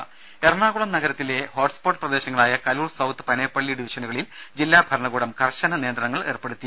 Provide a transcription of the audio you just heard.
രുമ എറണാകുളം നഗരത്തിലെ ഹോട്ട്സ്പോട്ട് പ്രദേശങ്ങളായ കലൂർ സൌത്ത് പനയപ്പള്ളി ഡിവിഷനുകളിൽ ജില്ലാഭരണകൂടം കർശന നിയന്ത്രണങ്ങൾ ഏർപ്പെടുത്തി